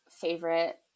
favorite